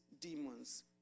demons